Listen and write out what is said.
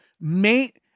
mate